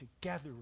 together